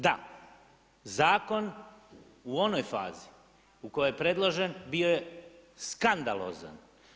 Da, zakon u onoj fazi u kojoj je predložen, bio je skandalozan.